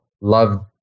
love